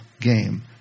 game